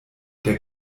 der